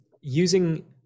using